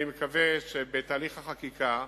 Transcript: אני מקווה שבתהליך החקיקה,